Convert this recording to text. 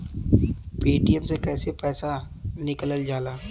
Paytm से कैसे पैसा निकलल जाला?